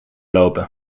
lopen